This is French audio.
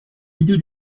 milieu